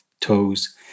toes